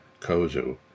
Kozu